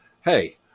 hey